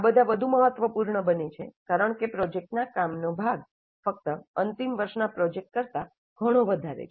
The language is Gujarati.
આ બધા વધુ મહત્વપૂર્ણ બને છે કારણ કે પ્રોજેક્ટના કામનો ભાગ ફક્ત અંતિમ વર્ષના પ્રોજેક્ટ કરતા ઘણો વધે છે